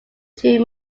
two